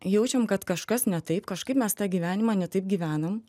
jaučiam kad kažkas ne taip kažkaip mes tą gyvenimą ne taip gyvenam